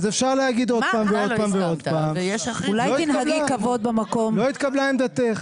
אז אפשר להגיד עוד פעם ועוד פעם ולא התקבלה עמדתך.